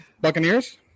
Buccaneers